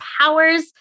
powers